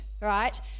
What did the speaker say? right